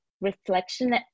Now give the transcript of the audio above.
reflection